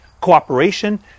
cooperation